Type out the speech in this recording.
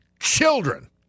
children